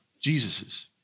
Jesus's